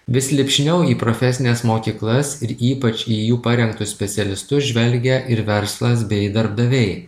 vis lipšniau į profesines mokyklas ir ypač į jų parengtus specialistus žvelgia ir verslas bei darbdaviai